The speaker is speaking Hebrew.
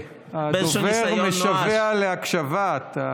הדובר משווע להקשבה.